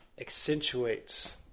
accentuates